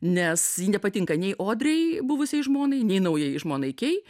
nes ji nepatinka nei odrei buvusiai žmonai nei naujai žmonai kei